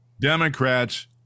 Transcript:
Democrats